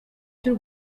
cy’u